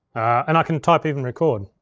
and i can type even record.